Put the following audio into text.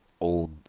old